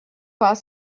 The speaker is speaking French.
pas